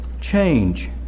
Change